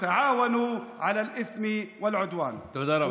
(אומר בערבית: תעזרו זה לזה לפשוע ולהתנכל.) תודה רבה.